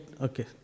Okay